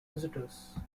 visitors